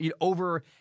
over